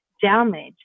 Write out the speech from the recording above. damage